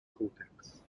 cortex